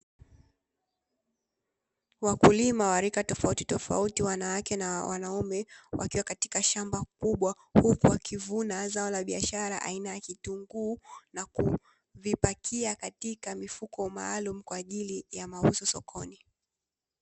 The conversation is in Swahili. Wakulima wa rika tofautitofauti (wanawake na wanaume) wakiwa katika shamba kubwa, huku wakivuna zao la biashara aina ya kitunguu na kuvipakia katika mifuko maalumu kwa ajili ya mauzo sokoni.